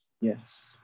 yes